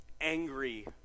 angry